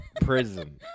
prison